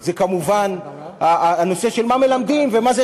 היא כמובן הנושא של מה מלמדים ומה זה